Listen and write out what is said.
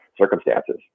circumstances